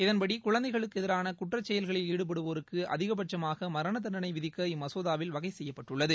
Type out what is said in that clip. இதன்படி குழந்தைகளுக்கு எதிரான குற்றச் செயல்களில் ஈடுபடுவோருக்கு அதிகபட்சமாக மரண தண்டனை விதிக்க இம்மசோதாவில் வகை செய்யப்பட்டுள்ளது